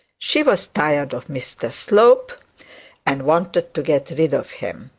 she was tired of mr slope and wanted to get rid of him